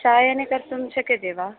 चायनकर्तुं शक्यते वा